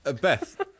beth